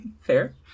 Fair